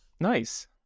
Nice